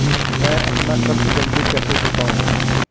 मैं अपना कर्ज जल्दी कैसे चुकाऊं?